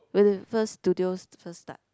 when the first studio first start